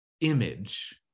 image